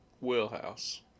wheelhouse